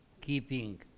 keeping